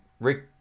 Rick